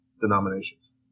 denominations